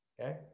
Okay